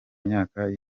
myaka